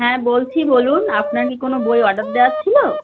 হ্যাঁ বলছি বলুন আপনার কি কোনো বই অর্ডার দেওয়ার ছিল